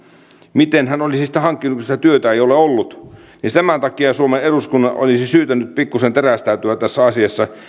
miten hän olisi sitä hankkinut kun sitä työtä ei ole ollut tämän takia suomen eduskunnan olisi syytä nyt pikkusen terästäytyä tässä asiassa